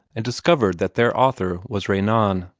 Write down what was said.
and discovered that their author was renan.